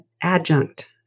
adjunct